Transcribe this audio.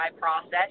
process